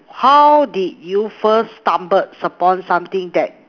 how did you first stumbled upon something that